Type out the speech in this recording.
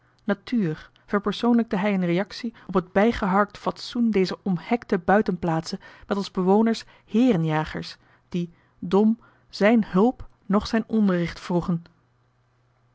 dorp verpersoonlijkte hij een reactie op het bijgeharkt fatsoen dezer omhekte buitenplaatsen met als bewoners heeren jagers die dom zijn hulp noch zijn onderricht vroegen